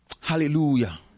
Hallelujah